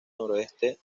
noroeste